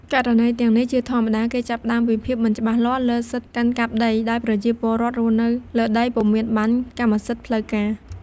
ករណីទាំងនេះជាធម្មតាគេចាប់ផ្ដើមពីភាពមិនច្បាស់លាស់លើសិទ្ធិកាន់កាប់ដី ដោយប្រជាពលរដ្ឋរស់នៅលើដីពុំមានបណ្ណកម្មសិទ្ធិផ្លូវការ។